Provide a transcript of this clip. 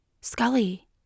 Scully